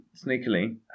sneakily